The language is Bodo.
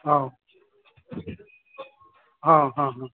औ अ अ